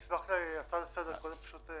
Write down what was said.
הממשלה יכולה לא רק לתת הלוואות.